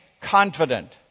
confident